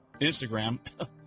Instagram